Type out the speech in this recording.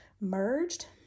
merged